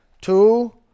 Two